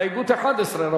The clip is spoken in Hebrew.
הסתייגות 7 לא נתקבלה.